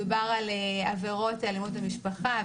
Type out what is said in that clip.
מדובר על עבירות אלימות במשפחה,